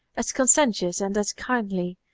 as conscientious and as kindly,